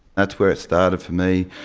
that's where it started for me.